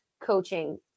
coaching